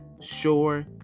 sure